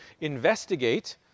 investigate